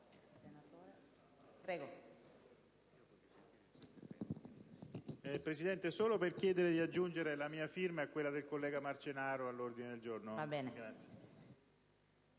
Presidente, intervengo per chiedere di aggiungere la mia firma e quella del collega Marcenaro all'ordine del giorno